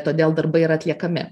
todėl darbai yra atliekami